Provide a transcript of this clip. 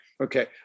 Okay